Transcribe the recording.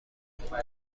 ناسازگار